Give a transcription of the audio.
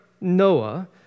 Noah